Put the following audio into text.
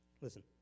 Listen